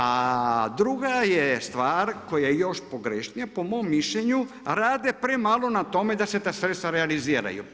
A druga je stvar koja je još pogrešnija, po mom mišljenju, rade premalo na tome da se sredstva realiziraju.